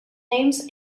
names